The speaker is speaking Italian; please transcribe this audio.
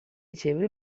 riceve